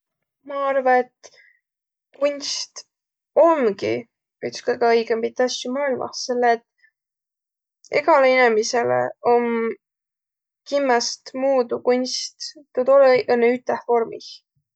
Ma arva, et kunst omgiq üts kõgõ õigõmbit asjo maailmah, selle et egale inemisele om kimmäst muudu kunst ja tuu olõ-i õnnõ üteh vormih.